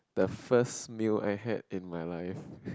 the first meal I had in my life